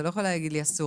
אתה לא יכול להגיד לי אסור.